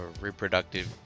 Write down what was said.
reproductive